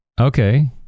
Okay